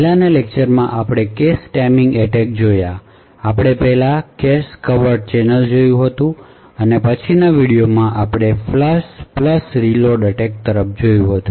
પહેલાનાં લેક્ચરમાં આપણે કેશ ટાઇમિંગ એટેક જોયા આપણે પહેલા કેશ કવૅટ ચેનલ જોયું હતું અને પછીની વિડિઓમાં આપણે ફ્લશ રીલોડ એટેક તરફ જોયું હતું